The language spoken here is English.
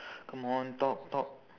come on talk talk